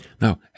Now